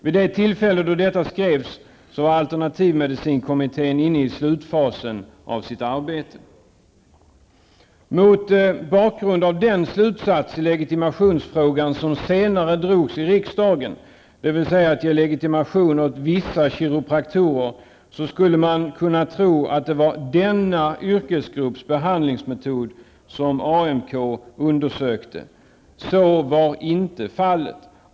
Vi det tillfälle då detta skrevs var alternativmedicinkommittén inne i slutfasen av sitt arbete. Mot bakgrund av den slutsats i legitimationsfrågan som senare drogs i riksdagen, dvs. att man skulle ge legitimation åt vissa kiropraktorer, skulle man kunna tro att det var denna yrkesgrupps behandlingsmetoder som AMK undersökte. Så var inte fallet.